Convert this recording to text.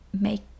make